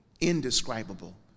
indescribable